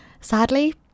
sadly